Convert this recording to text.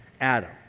Adam